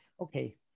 okay